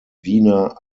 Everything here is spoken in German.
wiener